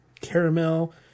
caramel